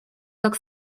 так